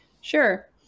Sure